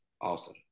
awesome